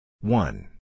One